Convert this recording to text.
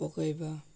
ପକାଇବା